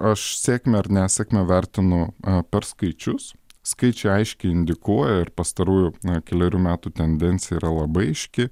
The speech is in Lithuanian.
aš sėkmę ar nesėkmę vertinu per skaičius skaičiai aiškiai indikuoja ir pastarųjų kelerių metų tendencija yra labai aiški